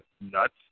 nuts